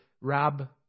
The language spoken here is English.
Rab